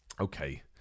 okay